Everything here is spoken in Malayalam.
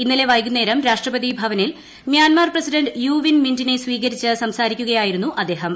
ഇന്നലെ വൈകുന്നേരം രാഷ്ട്രപതി ഭവനിൽ മ്യാൻമാർ പ്രസിഡന്റ് യു വിൻ മിന്റിനെ സ്വീകരിച്ച് സംസാരിക്കുകയായിരുന്നു അദ്ദേഹം